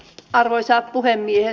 arvoisa puhemies